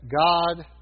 God